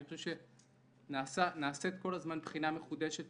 אני חושב שנעשית כל הזמן בחינה מחודשת